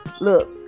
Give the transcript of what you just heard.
Look